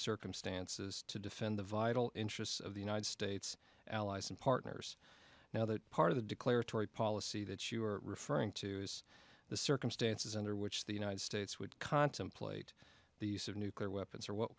circumstances to defend the vital interests of the united states allies and partners now that part of the declaratory policy that you are referring to is the circumstances under which the united states would contemplate the use of nuclear weapons or what